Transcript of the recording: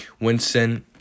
Winston